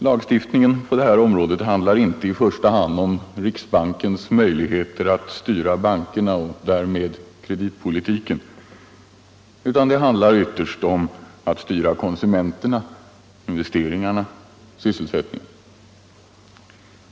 Lagstiftningen på detta område handlar inte i första hand om riksbankens möjligheter att styra bankerna och därmed kreditpolitiken. Det handlar ytterst om att styra konsumenterna, investeringarna och sysselsättningen.